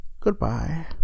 Goodbye